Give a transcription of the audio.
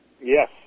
Yes